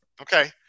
Okay